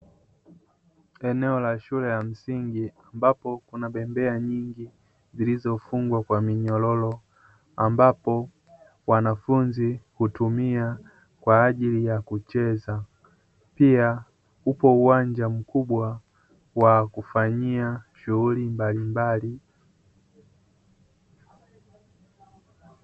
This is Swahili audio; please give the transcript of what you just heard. Eneo la shule ya msingi ambapo kuna bendera nyingi ziliofungwa kwa minyororo, ambapo wanafunzi hutumia kwa ajili ya kucheza, pia upo uwanja mkubwa wa kufanyia shughuli mbalimbali.